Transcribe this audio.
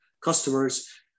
customers